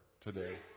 today